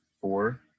four